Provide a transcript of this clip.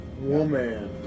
Woman